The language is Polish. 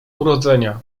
urodzenia